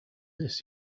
this